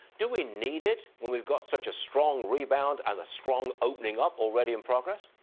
do we need it when we've got such a strong rebound and strong opening up already in progress?